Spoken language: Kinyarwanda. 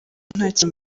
ntacyo